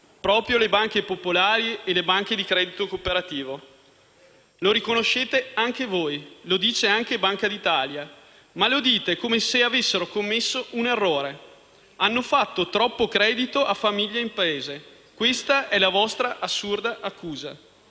Proprio le banche popolari e le banche di credito cooperativo. Lo riconoscete anche voi. Lo dice anche Banca d'Italia. Ma lo dite come se avessero commesso un errore. Hanno fatto troppo credito a famiglie e imprese. Questa è la vostra assurda accusa.